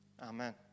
Amen